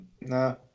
No